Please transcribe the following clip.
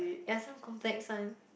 ya some complex one